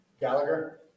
Gallagher